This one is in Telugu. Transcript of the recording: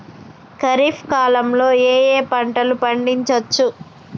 ఖరీఫ్ కాలంలో ఏ ఏ పంటలు పండించచ్చు?